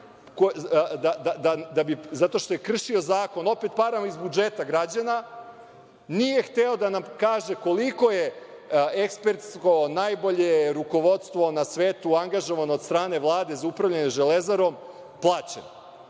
kazne, zato što je kršio zakon, opet parama iz budžeta građana. Nije hteo da nam kaže koliko je ekspertsko, najbolje rukovodstvo na svetu angažovano od strane Vlade za upravljanje „Železarom“ plaćeno.